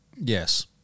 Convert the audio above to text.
Yes